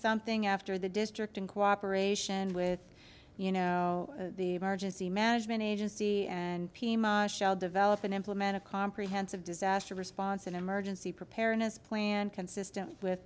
something after the district in cooperation with you know the barges the management agency and pima develop and implement a comprehensive disaster response and emergency preparedness plan consistent with